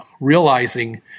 realizing